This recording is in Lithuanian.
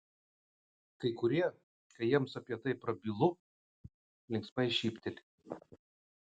kai kurie kai jiems apie tai prabylu linksmai šypteli